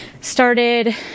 started